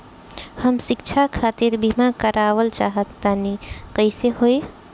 हम शिक्षा खातिर बीमा करावल चाहऽ तनि कइसे होई?